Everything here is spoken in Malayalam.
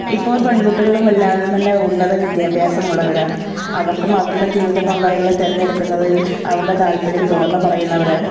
ഇപ്പോൾ പെൺകുട്ടികളും എല്ലാവരും തന്നെ ഉന്നത വിദ്യാഭ്യാസമുള്ളവരാണ് അവർക്കും അവരുടെ ജീവിതപങ്കാളികളെ തിരഞ്ഞെടുക്കുന്നതിൽ അവരുടെ താൽപര്യം തുറന്ന് പറയുന്നവരാണ്